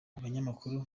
abanyamakuru